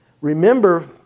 Remember